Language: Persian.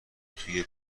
توی